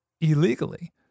illegally